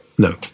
No